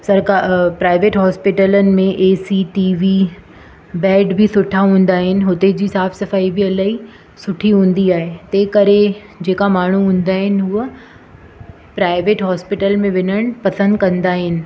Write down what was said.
सरकारु प्राइवेट हॉस्पिटलनि में A C T V bed बि सुठा हूंदा आहिनि हुते जी साफ़ सफ़ाई बि इलाही सुठी हूंदी आहे तैं करे जेका माण्हू हूंदा आहिनि उहे प्राइवेट हॉस्पिटल में वञणु पसंद कंदा आहिनि